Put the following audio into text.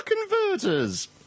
converters